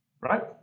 right